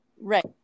right